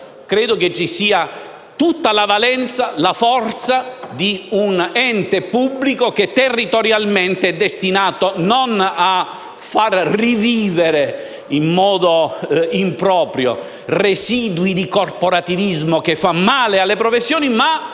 credo ci sia tutta la valenza, la forza di un ente pubblico che territorialmente è destinato non a far rivivere in modo improprio residui di corporativismo che fanno male alle professioni, ma